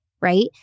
right